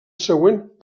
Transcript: següent